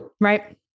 right